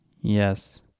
Yes